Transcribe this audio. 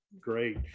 great